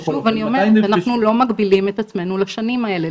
אנחנו לא מגבילים את עצמנו לשנים האלה.